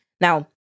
Now